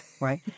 right